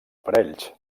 aparells